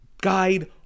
guide